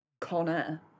Connor